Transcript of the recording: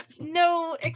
no